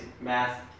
math